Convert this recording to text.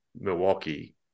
Milwaukee